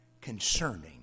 concerning